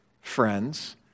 friends